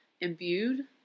imbued